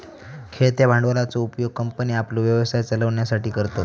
खेळत्या भांडवलाचो उपयोग कंपन्ये आपलो व्यवसाय चलवच्यासाठी करतत